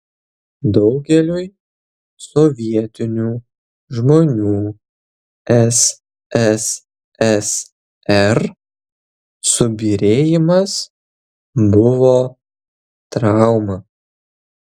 daugeliui sovietinių žmonių sssr subyrėjimas buvo trauma